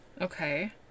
Okay